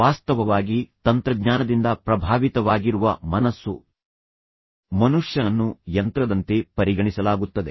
ವಾಸ್ತವವಾಗಿ ತಂತ್ರಜ್ಞಾನದಿಂದ ಪ್ರಭಾವಿತವಾಗಿರುವ ಮನಸ್ಸು ಮನುಷ್ಯನನ್ನು ಯಂತ್ರದಂತೆ ಪರಿಗಣಿಸಲಾಗುತ್ತದೆ